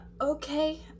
Okay